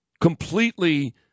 Completely